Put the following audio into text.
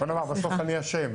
בוא נאמר, בסוף אני אשם.